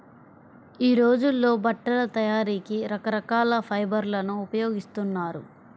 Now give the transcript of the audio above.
యీ రోజుల్లో బట్టల తయారీకి రకరకాల ఫైబర్లను ఉపయోగిస్తున్నారు